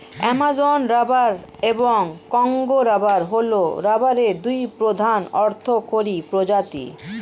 Amazon rubber এবং Congo rubber হল রাবারের দুটি প্রধান অর্থকরী প্রজাতি